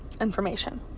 information